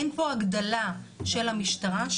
אין פה הגדלה של המשטרה,